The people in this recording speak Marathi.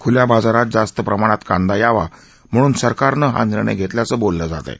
ख्ल्या बाजारात जास्त प्रमाणात कांदा यावा म्हणून सरकारनं हा निर्णय घेतल्याचं बोललं जात आहे